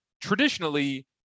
traditionally